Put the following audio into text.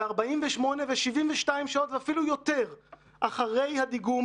ו-48 ו-72 שעות ואפילו יותר אחרי הדיגום,